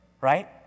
right